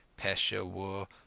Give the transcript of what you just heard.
Peshawar